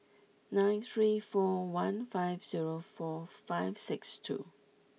nine three four one five zero four five six two